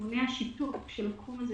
מונע שיתוק של תחום הנדל"ן,